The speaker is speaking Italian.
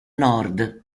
nord